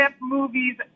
movies